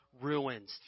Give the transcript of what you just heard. ruins